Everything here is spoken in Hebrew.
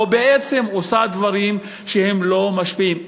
או בעצם היא עושה דברים שלא משפיעים,